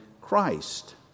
Christ